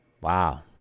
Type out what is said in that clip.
Wow